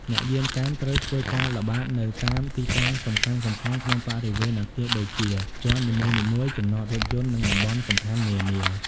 អ្នកយាមកាមត្រូវធ្វើការ ល្បាត នៅតាមទីតាំងសំខាន់ៗក្នុងបរិវេណអគារដូចជា ជាន់នីមួយៗ ចំណតរថយន្ត និងតំបន់សំខាន់នានា។